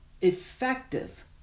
effective